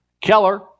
Keller